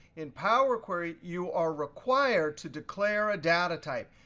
in powerquery, you are required to declare a data type,